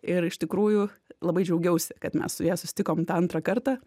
ir iš tikrųjų labai džiaugiuosi kad mes su ja susitikom tą antrą kartą